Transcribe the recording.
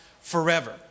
forever